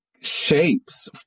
shapes